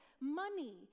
money